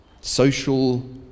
social